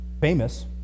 famous